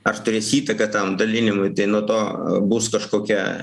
ar turės įtaką tam dalinimui tai nuo to bus kažkokia